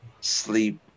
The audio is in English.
sleep